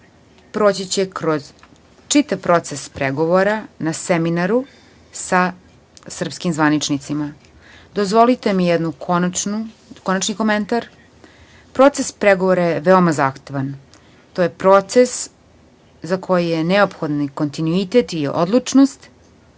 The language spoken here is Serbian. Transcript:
proći će kroz čitav proces pregovora na seminaru sa srpskim zvaničnicima. Dozvolite mi konačni komentar, proces pregovora je veoma zahtevan. To je proces za koji ne neophodan kontinuitet i odlučnost